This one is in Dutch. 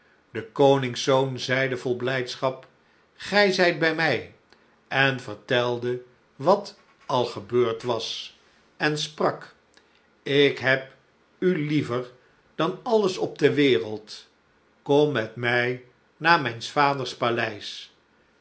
de koningszoon zeide vol blijdschap gij zijt bij mij en vertelde wat al gebeurd was en sprak ik heb u liever dan alles op de wereld kom met mij naar mijns vaders paleis